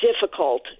difficult